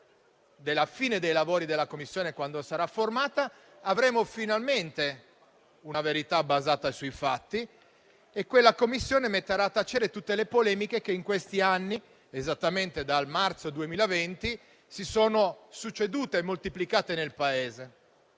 all'esito dei suoi lavori, quando sarà costituita, avremo finalmente una verità basata sui fatti e quella Commissione metterà a tacere tutte le polemiche che in questi anni, esattamente dal marzo 2020, si sono succedute e moltiplicate nel Paese.